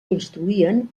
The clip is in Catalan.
construïen